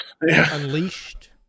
unleashed